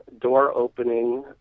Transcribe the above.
door-opening